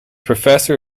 professor